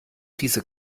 diese